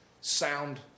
sound